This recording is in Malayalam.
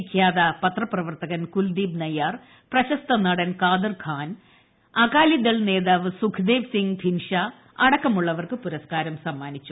വിഖ്യാത പത്രപ്രവർത്തകൻ കുൽദീപ് നയ്യാർ പ്രശസ്ത നടൻ കാദർ ഖാൻ അകാലിദൾ നേതാവ് സുഖ്ദേവ് സിംഗ് ധിൻഷാ അടക്കമുള്ളവർക്ക് പുരസ്കാരം സമ്മാനിച്ചു